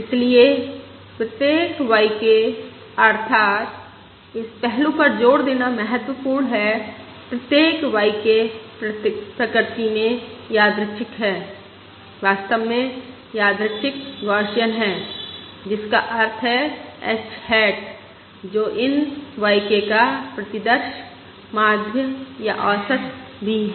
इसलिए प्रत्येक y k अर्थात इस पहलू पर जोर देना महत्वपूर्ण है प्रत्येक y k प्रकृति में यादृच्छिक है वास्तव में यादृच्छिक गौसियन जिसका अर्थ है h हैट जो इन y k का प्रतिदर्श माध्य या औसत भी है